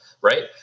Right